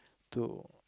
to